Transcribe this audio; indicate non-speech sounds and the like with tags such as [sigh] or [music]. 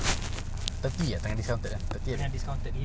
[laughs] ten dollar jual kau satu [laughs]